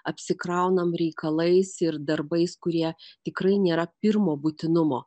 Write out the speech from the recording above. apsikraunam reikalais ir darbais kurie tikrai nėra pirmo būtinumo